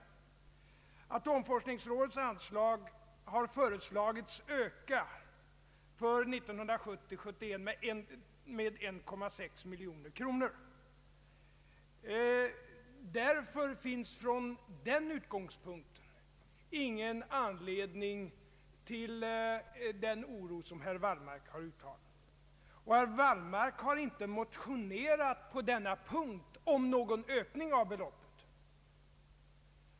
När det gäller atomforskningsrådets anslag har för budgetåret 1970/71 föreslagits en uppräkning med 1,6 miljoner kronor. Från den utgångspunkten finns ingen anledning till den oro som herr Wallmark har uttalat, Herr Wallmark har inte motionerat på denna punkt om någon ökning av beloppet.